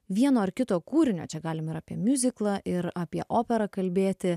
vieno ar kito kūrinio čia galime ir apie miuziklą ir apie operą kalbėti